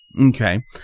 okay